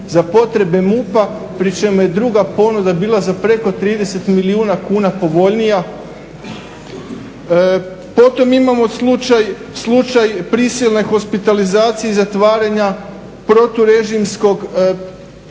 za potrebe MUP-a pri čemu je druga ponuda bila za preko 30 milijuna kuna povoljnija. Potom imamo slučaj prisilne hospitalizacije i zatvaranja proturežimskog člana